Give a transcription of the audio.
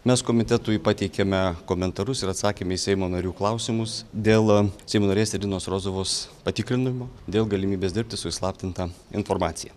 mes komitetui pateikėme komentarus ir atsakėm į seimo narių klausimus dėl seimo narės irinos rozovos patikrinimo dėl galimybės dirbti su įslaptinta informacija